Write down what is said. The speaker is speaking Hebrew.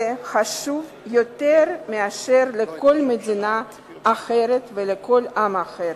חשוב יותר מאשר לכל מדינה אחרת ולכל עם אחר.